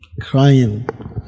crying